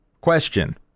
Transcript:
Question